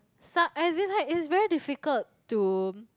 sa~ as in like it's very difficult to